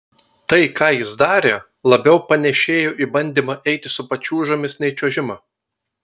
tai ką jis darė labiau panėšėjo į bandymą eiti su pačiūžomis nei čiuožimą